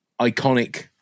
iconic